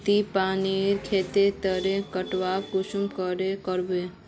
ती अपना खेत तेर बटवारा कुंसम करे करबो?